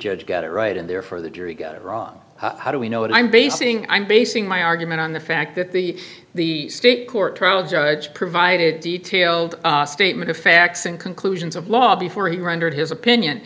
judge got it right in there for the jury got it wrong how do we know and i'm basing i'm basing my argument on the fact that the the state court trial judge provided detailed statement of facts and conclusions of law before he rendered his opinion